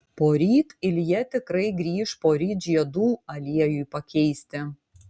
poryt ilja tikrai grįš poryt žiedų aliejui pakeisti